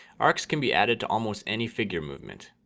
arcs can be added to almost any figure movement.